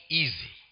easy